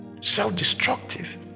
self-destructive